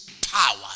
power